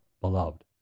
beloved